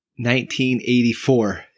1984